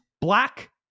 black